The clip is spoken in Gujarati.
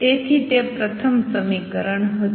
તેથી તે પ્રથમ સમીકરણ હતું